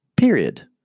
Period